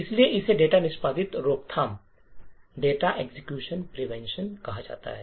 इसलिए इसे डेटा निष्पादन रोकथाम कहा जाता है